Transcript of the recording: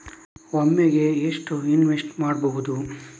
ಒಮ್ಮೆಗೆ ಎಷ್ಟು ಇನ್ವೆಸ್ಟ್ ಮಾಡ್ಬೊದು?